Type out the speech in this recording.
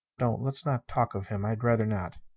don't. let's not talk of him. i'd rather not.